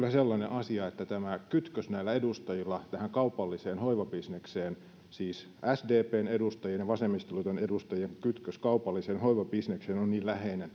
asia että tämä kytkös näillä edustajilla tähän kaupalliseen hoivabisnekseen siis sdpn edustajien ja vasemmistoliiton edustajien kytkös kaupalliseen hoivabisnekseen on niin läheinen